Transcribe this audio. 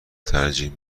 ترجیح